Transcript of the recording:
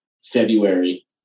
February